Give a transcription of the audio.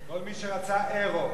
כל מי שרצה יורו.